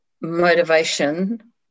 motivation